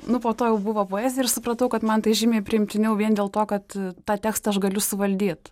nu po to jau buvo poezija ir supratau kad man tai žymiai priimtiniau vien dėl to kad tą tekstą aš galiu suvaldyt